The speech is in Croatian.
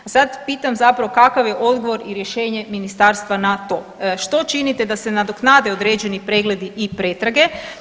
A sad pitam zapravo kakav je odgovor i rješenje ministarstva na to, što činite da se nadoknade određeni pregledi i pretrage?